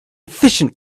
efficient